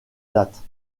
date